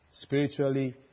Spiritually